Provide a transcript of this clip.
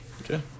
Okay